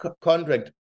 contract